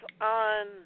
on